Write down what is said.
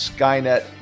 Skynet